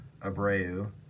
Abreu